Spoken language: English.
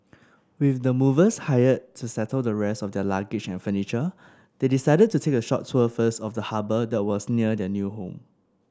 with the movers hired to settle the rest of their luggage and furniture they decided to take a short tour first of the harbour that was near their new home